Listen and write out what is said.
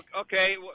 Okay